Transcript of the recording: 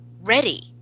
ready